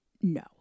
No